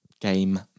Game